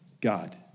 God